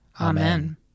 Amen